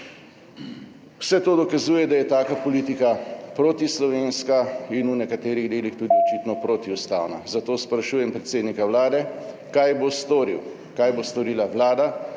Vse to dokazuje, da je taka politika protislovenska in v nekaterih delih tudi očitno protiustavna. Zato sprašujem predsednika Vlade: Kaj boste storili,